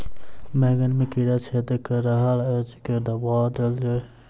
बैंगन मे कीड़ा छेद कऽ रहल एछ केँ दवा देल जाएँ?